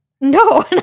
no